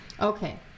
Okay